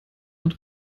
und